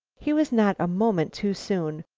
he was not a moment too soon,